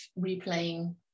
replaying